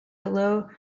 below